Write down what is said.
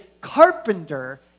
carpenter